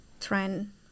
trend